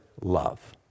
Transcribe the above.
love